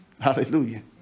Hallelujah